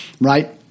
right